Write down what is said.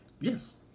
Yes